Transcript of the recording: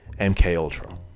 MKUltra